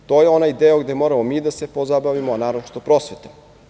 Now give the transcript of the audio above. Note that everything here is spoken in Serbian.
To je onaj deo gde moramo mi da se pozabavimo, a naročito prosveta.